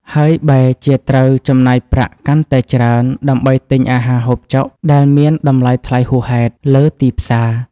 ហើយបែរជាត្រូវចំណាយប្រាក់កាន់តែច្រើនដើម្បីទិញអាហារហូបចុកដែលមានតម្លៃថ្លៃហួសហេតុលើទីផ្សារ។